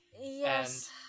Yes